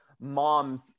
mom's